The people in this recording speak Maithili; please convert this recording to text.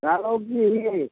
राघवजी